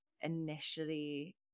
initially